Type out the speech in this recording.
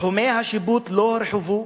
תחומי השיפוט לא הורחבו,